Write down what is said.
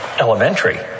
elementary